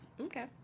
Okay